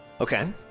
Okay